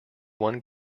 one